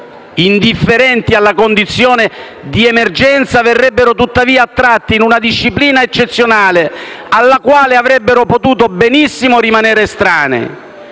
Indifferenti alla condizione di emergenza verrebbero tuttavia attratti in una disciplina eccezionale, alla quale avrebbero potuto benissimo rimanere estranei.